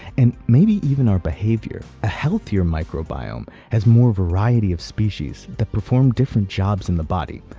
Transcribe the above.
and maybe even our behavior. a healthier microbiome has more variety of species that perform different jobs in the body,